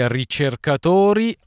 ricercatori